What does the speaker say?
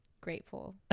grateful